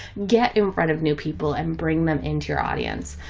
get in front of new people and bring them into your audience.